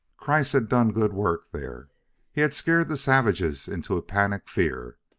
kreiss had done good work there he had scared the savages into a panic fear.